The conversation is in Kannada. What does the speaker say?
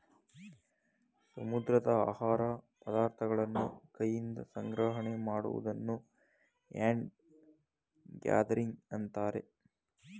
ಸಮುದ್ರದ ಆಹಾರ ಪದಾರ್ಥಗಳನ್ನು ಕೈಯಿಂದ ಸಂಗ್ರಹಣೆ ಮಾಡುವುದನ್ನು ಹ್ಯಾಂಡ್ ಗ್ಯಾದರಿಂಗ್ ಅಂತರೆ